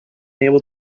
able